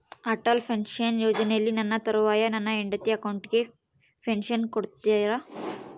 Atal pension ಯೋಜನೆಯಲ್ಲಿ ನನ್ನ ತರುವಾಯ ನನ್ನ ಹೆಂಡತಿ ಅಕೌಂಟಿಗೆ ಪೆನ್ಶನ್ ಕೊಡ್ತೇರಾ?